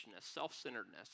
self-centeredness